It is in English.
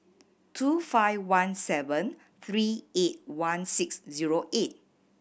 two five one seven three eight one six zero eight